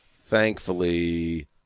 thankfully